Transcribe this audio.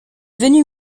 venu